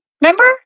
remember